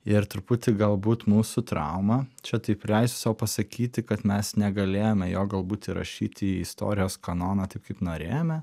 ir truputį galbūt mūsų trauma čia tai leisiu sau pasakyti kad mes negalėjome jo galbūt įrašyti į istorijos kanoną taip kaip norėjome